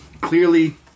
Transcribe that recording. Clearly